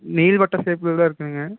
நீள்வட்ட ஷேப்ல தான் இருக்கும்ங்க